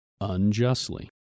unjustly